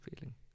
feeling